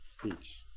Speech